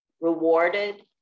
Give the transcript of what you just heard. rewarded